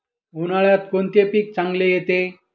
उन्हाळ्यात कोणते पीक चांगले येते?